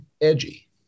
edgy